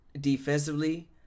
defensively